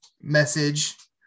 message